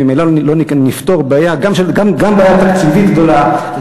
ממילא נפתור גם בעיה תקציבית גדולה,